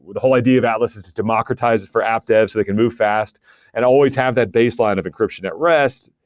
the whole idea of atlas is democratize it for app devs so they can move fast and always have that baseline of encryption at rest.